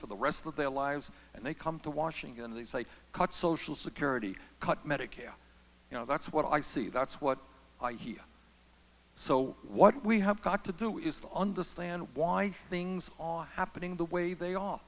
for the rest of their lives and they come to washington and they say cut social security cut medicare you know that's what i see that's what i hear so what we have got to do is to understand why things on happening the way they are